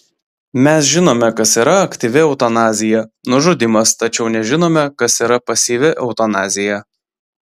mes žinome kas yra aktyvi eutanazija nužudymas tačiau nežinome kas yra pasyvi eutanazija